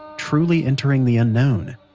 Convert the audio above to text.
truly entering the unknown.